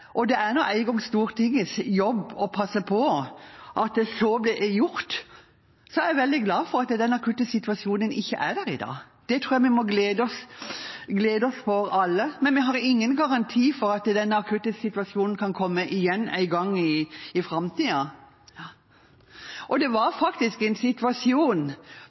Det er nå engang Stortingets jobb å passe på at så blir gjort. Så er jeg veldig glad for at denne akutte situasjonen ikke er der i dag. Det tror jeg vi må glede oss over alle. Men vi har ingen garanti for at en akutt situasjon ikke kan komme igjen en gang i framtiden. Det var faktisk en situasjon